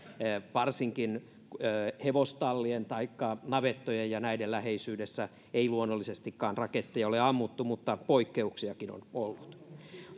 varsinkaan hevostallien taikka navettojen ja näiden läheisyydessä ei luonnollisestikaan raketteja ole ammuttu mutta poikkeuksiakin on ollut